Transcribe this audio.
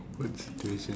awkward situation